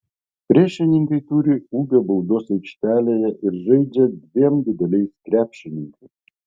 priešininkai turi ūgio baudos aikštelėje ir žaidžia dviem dideliais krepšininkais